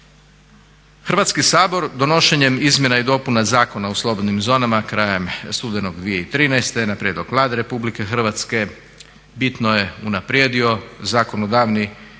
Hrvatski sabor donošenjem Izmjena i dopuna Zakona o slobodnim zonama krajem studenog 2013. na prijedlog Vlade Republike Hrvatske bitno je unaprijedio zakonodavni